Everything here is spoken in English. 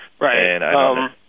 Right